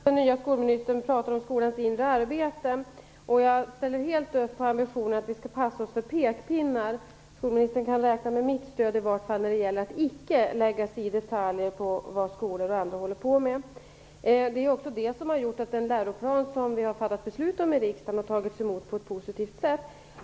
Herr talman! Först och främst tycker jag det är bra att den nya skolministern talar om skolans inre arbete. Jag ställer helt upp på ambitionen att vi skall passa oss för pekpinnar. Skolministern kan i varje fall räkna med mitt stöd när det gäller att icke lägga sig i detaljer om vad skolorna håller på med. Det är också det som gjort att den läroplan som vi beslutat om i riksdagen har tagits emot på ett positivt sätt.